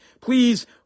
please